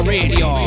Radio